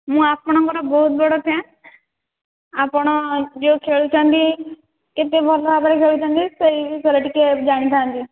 ମୁଁ ଆପଣଙ୍କର ବହୁତ ବଡ଼ ଫ୍ୟାନ୍ ଆପଣ ଯେଉଁ ଖେଳୁଛନ୍ତି କେତେ ଭଲ ଭାବରେ ଖେଳୁଛନ୍ତି ସେଇ ବିଷୟରେ ଟିକିଏ ଜାଣିଥାନ୍ତି